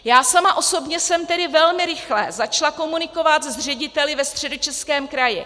Já sama osobně jsem tedy velmi rychle začala komunikovat s řediteli ve Středočeském kraji.